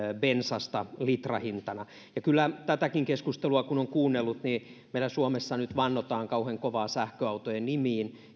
bensasta litrahintana kyllä kun tätäkin keskustelua on kuunnellut niin meillä suomessa nyt vannotaan kauhean kovaa sähköautojen nimiin